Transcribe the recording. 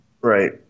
Right